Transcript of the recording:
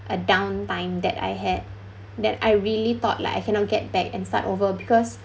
a downtime that I had that I really thought like I cannot get back and start over because